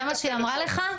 זה מה שהיא אמרה לך?